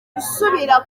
gusubira